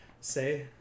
say